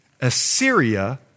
Assyria